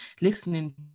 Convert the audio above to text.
listening